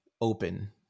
open